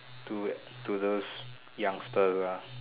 to to those youngster ah